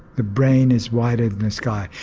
the brain is wider than the sky.